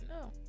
No